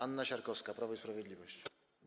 Anna Siarkowska, Prawo i Sprawiedliwość.